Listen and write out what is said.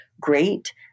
great